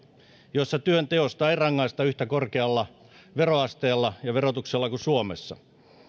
joissa työnteosta ei rangaista yhtä korkealla veroasteella ja verotuksella kuin suomessa